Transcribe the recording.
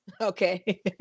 Okay